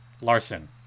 Larson